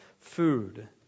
food